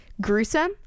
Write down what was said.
gruesome